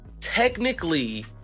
technically